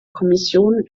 kommission